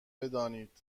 بدانید